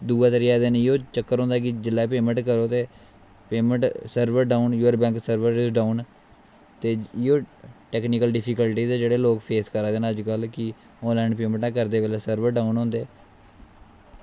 दूऐ त्रियै दिन इ'यै चक्कर होंदा कि जिसलै बी पेमेंट करो ते पेमेंट सर्वर डाऊन जूयर बैंक सर्वर डाऊन ते इ'यै टेक्निकल डिफिकल्टीस जेह्ड़े लोग फेस करादे न अजकल्ल कि आनलाइन पेमेंटां करदे बेल्लै सर्वर डाऊन होंदे